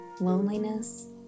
loneliness